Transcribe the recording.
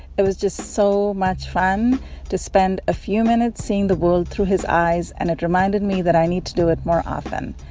it was just so much fun to spend a few minutes seeing the world through his eyes. and it reminded me that i need to do it more often.